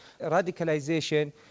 radicalization